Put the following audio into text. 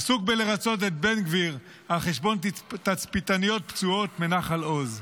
עסוק בריצוי בן גביר על חשבון תצפיתניות פצועות מנחל עוז.